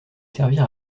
servir